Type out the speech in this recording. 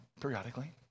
periodically